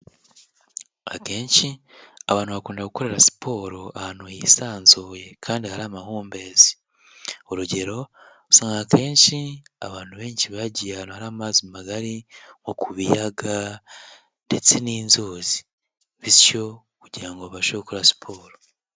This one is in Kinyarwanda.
Akenshi abantu bakunda gukorera siporo ahantu hisanzuye kandi hari amahumbezi, urugero usanga akenshi abantu benshi bagiye ahantu hari amazi magari nko ku biyaga ndetse n'inzuzi, bityo kugirango babashe gukora siporo.